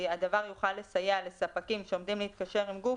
הדבר יוכל לסייע לספקים שעומדים להתקשר עם גוף,